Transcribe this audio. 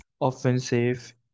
offensive